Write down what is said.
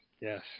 Yes